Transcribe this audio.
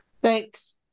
Thanks